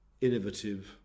innovative